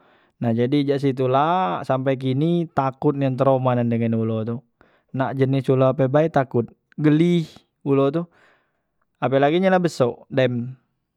Nah jadi jak situ la sampai kini takot nian traoma nian dengan ulo tu nak jenis ulo ape bae takut geli ulo tu apelagi ye la beso dem.